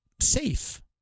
safe